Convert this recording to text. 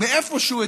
מאיפה שהוא,